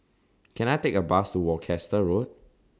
Can I Take A Bus to Worcester Road